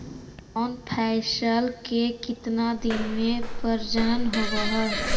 कौन फैसल के कितना दिन मे परजनन होब हय?